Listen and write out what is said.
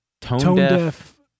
tone-deaf